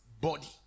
body